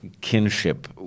kinship